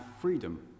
freedom